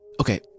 Okay